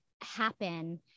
happen